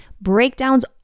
Breakdowns